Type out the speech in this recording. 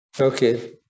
Okay